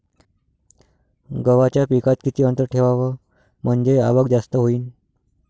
गव्हाच्या पिकात किती अंतर ठेवाव म्हनजे आवक जास्त होईन?